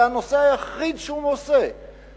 זה הנושא היחיד שהוא עושה,